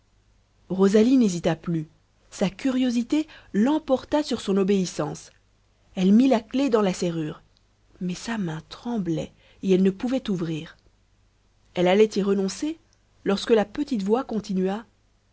rosalie n'hésita plus sa curiosité l'emporta sur son obéissance elle mit la clef dans la serrure mais sa main tremblait et elle ne pouvait ouvrir elle allait y renoncer lorsque la petite voix continua